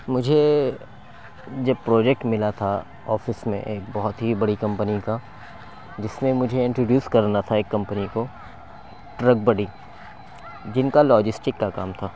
مجھے جب پروجیکٹ ملا تھا آفس میں ایک بہت ہی بڑی کمپنی کا جس میں مجھے انٹروڈیوس کرنا تھا ایک کمپنی کو ٹرک بڈی جن کا لوجسٹک کا کام تھا